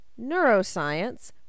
neuroscience